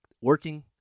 working